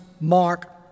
mark